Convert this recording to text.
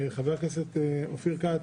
חבר הכנסת אופיר כץ?